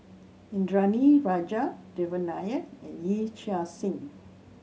Indranee Rajah Devan Nair and Yee Chia Hsing